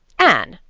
anne,